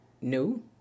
new